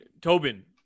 Tobin